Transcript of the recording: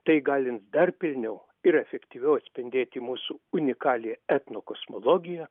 tai įgalins dar pilniau ir efektyviau atspindėti mūsų unikaliąją etnokosmologiją